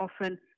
often